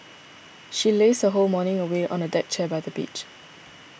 she lazed her whole morning away on a deck chair by the beach